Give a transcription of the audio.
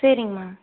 சரிங்க மேம்